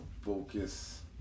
focus